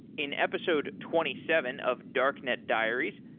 in episode twenty seven of darknet diaries,